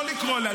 לא לקרוא לה.